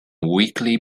weekly